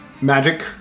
magic